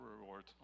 rewards